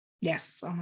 yes